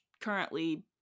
currently